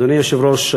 אדוני היושב-ראש,